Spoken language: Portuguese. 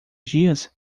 dias